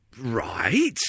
Right